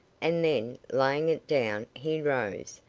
and then, laying it down, he rose,